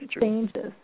changes